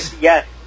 Yes